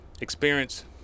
experience